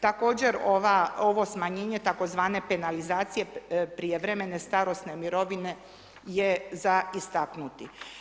Također ovo smanjenje tzv. penalizacije prijevremene starosne mirovine je za istaknuti.